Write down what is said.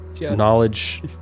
knowledge